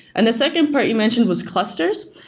and the second part you mentioned was clusters.